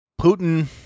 Putin